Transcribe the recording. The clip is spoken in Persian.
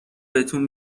بهتون